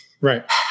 right